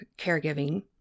caregiving